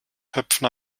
höpfner